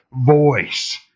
voice